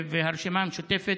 והרשימה המשותפת,